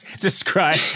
Describe